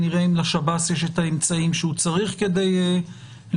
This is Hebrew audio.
נראה אם לשב"ס יש את האמצעים שהוא צריך כדי לפעול.